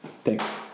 Thanks